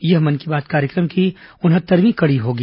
यह मन की बात कार्यक्रम की उनहत्तरवीं कड़ी होगी